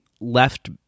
left